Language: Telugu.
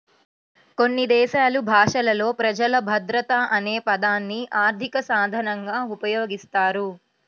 కొన్ని దేశాలు భాషలలో ప్రజలు భద్రత అనే పదాన్ని ఆర్థిక సాధనంగా ఉపయోగిస్తారు